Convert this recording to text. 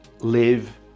live